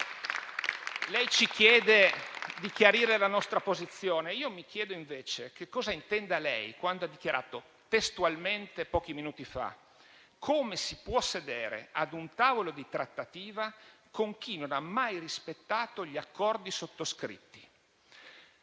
Lei ci chiede di chiarire la nostra posizione. Io mi chiedo, invece, che cosa intenda lei quando ha dichiarato testualmente, pochi minuti fa: come si può sedere ad un tavolo di trattativa con chi non ha mai rispettato gli accordi sottoscritti.